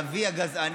שהם אבי הגזענים,